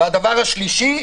והדבר השלישי,